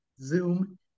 Zoom